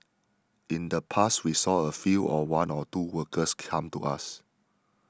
in the past we saw a few or one or two workers come to us